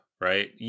right